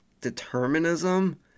Determinism